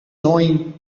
knowing